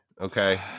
Okay